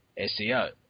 SEO